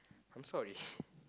I'm sorry